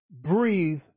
Breathe